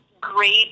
great